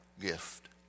gift